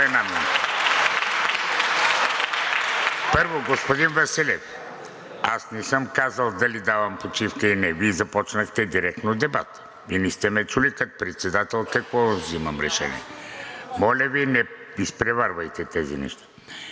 Първо, господин Василев, аз не съм казал дали давам почивка или не. Вие започнахте директно дебата и не сте ме чули като председател какво решение взимам. Моля Ви, не изпреварвайте тези неща